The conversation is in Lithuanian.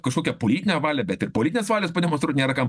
kažkokią politinę valią bet ir politinės valios pademonstruot nėra kam